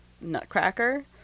Nutcracker